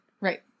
Right